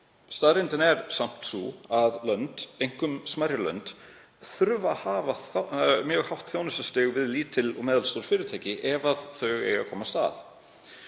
Staðreyndin er samt sú að lönd, einkum smærri lönd, þurfa að hafa mjög hátt þjónustustig við lítil og meðalstór fyrirtæki ef þau eiga að komst af.